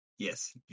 Yes